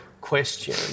question